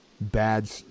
bad